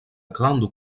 grande